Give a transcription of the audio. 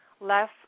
less